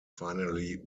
finally